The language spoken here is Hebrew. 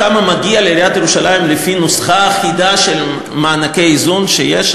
כמה מגיע לעיריית ירושלים לפי הנוסחה האחידה של מענקי האיזון שיש?